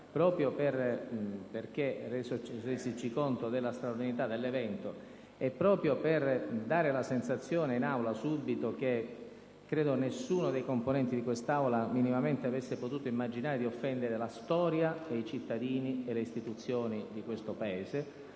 Proprio perché ci si è resi conto della straordinarietà dell'evento, e proprio per dare la sensazione in Aula subito che nessuno dei componenti di quest'Assemblea credo avesse potuto minimamente immaginare di offendere la storia, i cittadini e le istituzioni di questo paese,